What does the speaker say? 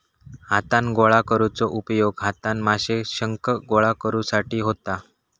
हातान गोळा करुचो उपयोग हातान माशे, शंख गोळा करुसाठी होता